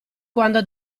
quando